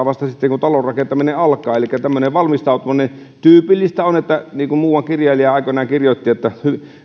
vasta sitten kun talon rakentaminen alkaa elikkä tämmöiselle valmistautumiselle tyypillistä on se niin kuin muuan kirjailija aikoinaan kirjoitti että